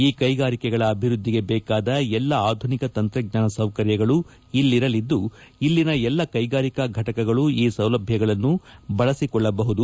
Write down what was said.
ಈ ಕೈಗಾರಿಕೆಗಳ ಅಭಿವೃದ್ಧಿಗೆ ಬೇಕಾದ ಎಲ್ಲ ಆಧುನಿಕ ತಂತ್ರಜ್ಞಾನ ಸೌಕರ್ಯಗಳೂ ಇಲ್ಲಿರಲಿದ್ದು ಇಲ್ಲಿನ ಎಲ್ಲ ಕೈಗಾರಿಕಾ ಫಟಕಗಳೂ ಈ ಸೌಲಭ್ವಗಳನ್ನು ಬಳಸಿಕೊಳ್ಳಬಹುದು